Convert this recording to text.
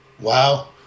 Wow